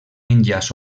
enllaç